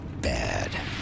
bad